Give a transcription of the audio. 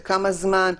לכמה זמן,